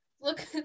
look